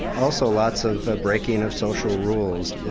also lots of breaking of social rules,